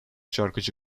şarkıcı